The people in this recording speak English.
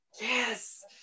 Yes